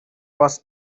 was